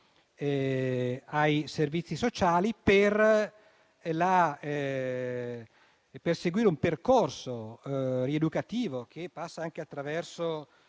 ai servizi sociali per seguire un percorso rieducativo che passa anche attraverso